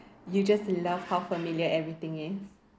you just love how familiar everything is